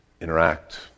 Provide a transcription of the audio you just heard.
interact